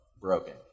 broken